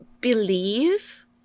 believe